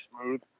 smooth